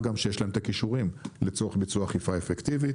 מה גם שיש להם את הכישורים לצורך ביצוע אכיפה אפקטיבית.